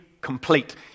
complete